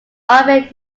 army